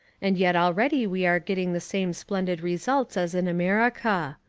and yet already we are getting the same splendid results as in america.